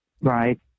Right